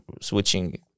switching